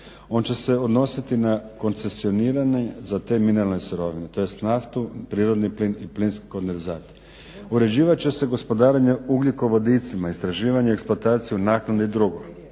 On će se odnositi na koncesioniranje za te mineralne sirovine tj. naftu, prirodni plin i plinske kondenzate. Uređivat će se gospodarenje ugljikovodicima, istraživanje eksploatacije u …/Govornik